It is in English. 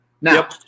Now